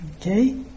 Okay